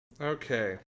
Okay